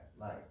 life